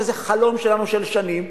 שזה חלום שלנו של שנים,